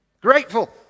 grateful